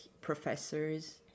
professors